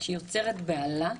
שיוצרת בהלה,